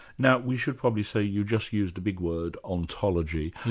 now we should probably say you've just used a big word ontology.